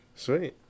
Sweet